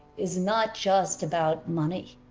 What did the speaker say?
is not just about money.